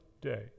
day